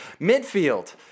Midfield